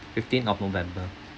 fifteen of november